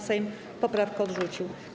Sejm poprawkę odrzucił.